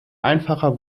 einfacher